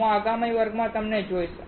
હું તમને આગામી વર્ગમાં જોઈશ